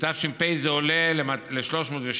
בתש"פ זה עולה ל-302,